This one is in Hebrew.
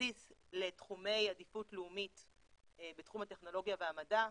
כבסיס לתחומי עדיפות לאומית בתחום הטכנולוגיה והמדע,